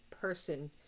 person